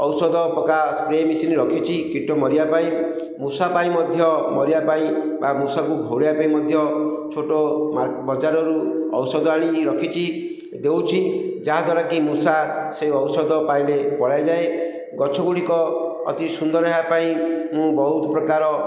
ଔଷଧ ପକା spray machine ରଖିଛି କୀଟ ମରିବା ପାଇଁ ମୂଷା ପାଇଁ ମଧ୍ୟ ମରିବା ପାଇଁ ବା ମୂଷାକୁ ଘଉଡ଼ାଇବା ପାଇଁ ମଧ୍ୟ ଛୋଟ ବଜାରରୁ ଔଷଧ ଆଣି ରଖିଛି ଦେଉଛି ଯାହାଦ୍ୱାରା କିି ମୂଷା ସେ ଔଷଧ ପାଇଲେ ପଳାଇଯାଏ ଗଛ ଗୁଡ଼ିକ ଅତି ସୁନ୍ଦର ହେବା ପାଇଁ ମୁଁ ବହୁତ ପ୍ରକାର